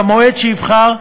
במועד שיבחר,